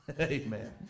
Amen